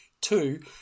Two